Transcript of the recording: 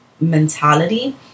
mentality